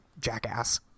jackass